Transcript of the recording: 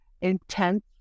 intense